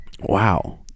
Wow